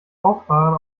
auffahren